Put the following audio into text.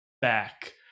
back